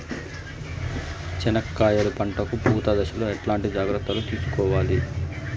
చెనక్కాయలు పంట కు పూత దశలో ఎట్లాంటి జాగ్రత్తలు తీసుకోవాలి?